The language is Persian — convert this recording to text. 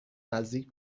نزدیک